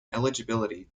eligibility